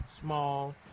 small